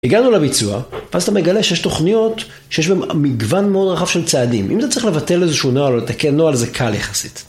הגענו לביצוע, ואז אתה מגלה שיש תוכניות שיש בהם מגוון מאוד רחב של צעדים. אם אתה צריך לבטל איזשהו נוהל או לתקן נוהל זה קל יחסית.